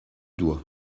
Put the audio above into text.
doigt